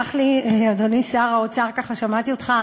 סלח לי, אדוני שר האוצר, ככה שמעתי אותך,